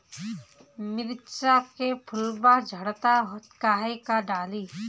मिरचा के फुलवा झड़ता काहे का डाली?